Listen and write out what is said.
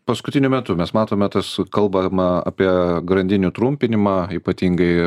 paskutiniu metu mes matome tas kalbama apie grandinių trumpinimą ypatingai